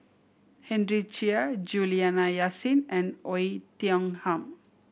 Henry Chia Juliana Yasin and Oei Tiong Ham